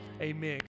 amen